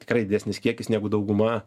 tikrai didesnis kiekis negu dauguma